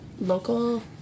local